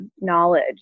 knowledge